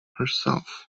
herself